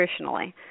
nutritionally